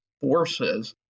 forces